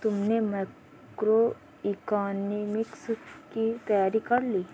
तुमने मैक्रोइकॉनॉमिक्स की तैयारी कर ली?